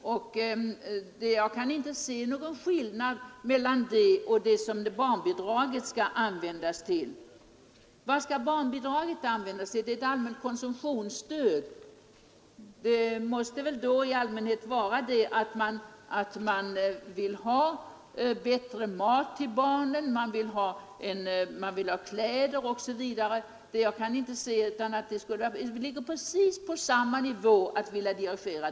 Jag kan inte se någon skillnad mellan bostadstillägget och barnbidraget. Båda är konsumtionsbidrag. För vad skall barnbidraget användas till? Det måste avse mat till barnen och kläder m.m. Det ligger lika nära att vilja dirigera det ena bidraget som det andra.